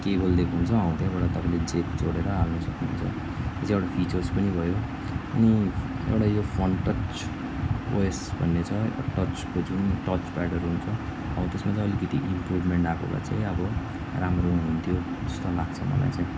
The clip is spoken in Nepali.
केबल दिएको हुन्छ हो त्यहाँबाट तपाईँले जेक जोडेर हाल्नु सक्नुहुन्छ यो चाहिँ एउटा फिचर्स पनि भयो अनि एउटा यो फन टच ओएस भन्ने छ टचको जुन टच प्याडहरू हुन्छ हौ त्यसमा चाहिँ अलिकति इम्प्रुभमेन्ट आएको भए चाहिँ अब राम्रो हुन्थ्यो जस्तो लाग्छ मलाई चाहिँ